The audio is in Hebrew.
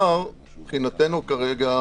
שמבחינתנו כרגע,